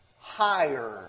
Higher